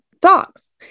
dogs